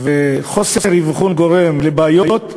חוסר אבחון גורם לבעיות,